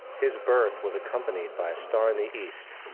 his birth was accompanied by a star in the east,